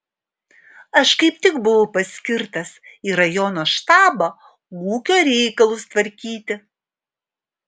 aš kaip tik buvau paskirtas į rajono štabą ūkio reikalus tvarkyti